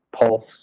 Pulse